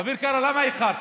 אביר קארה, למה איחרת?